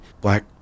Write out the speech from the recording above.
Black